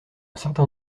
certain